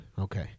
okay